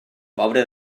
pobre